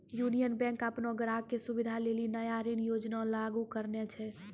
union bank अपनो ग्राहको के सुविधा लेली नया ऋण योजना लागू करने छै